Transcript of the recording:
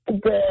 Good